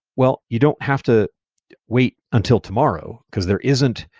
well, you don't have to wait until tomorrow, because there isn't.